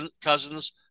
Cousins